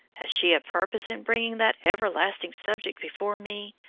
has she a purpose in bringing that everlasting subject before me?